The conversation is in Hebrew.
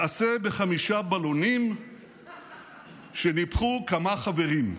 מעשה בחמישה בלונים שניפחו כמה חברים.